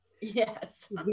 Yes